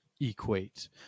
equate